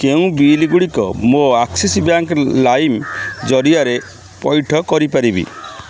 କେଉଁ ବିଲ୍ଗୁଡ଼ିକ ମୋ ଆକ୍ସିସ୍ ବ୍ୟାଙ୍କ୍ ଲାଇମ୍ ଜରିଆରେ ପଇଠ କରିପାରିବି